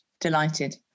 Delighted